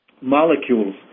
molecules